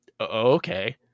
okay